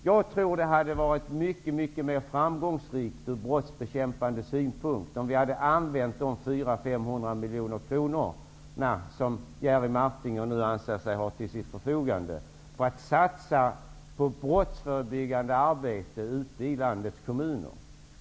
Jag tror att det hade varit mycket mer framgångsrikt ur brottsbekämpande synpunkt om vi hade använt de 400--500 miljoner kronor som Jerry Martinger nu anser sig ha till sitt förfogande till att satsa på brottsförebyggande arbete ute i landets kommuner.